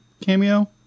cameo